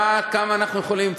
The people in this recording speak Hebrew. כמה אנחנו יכולים?